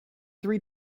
three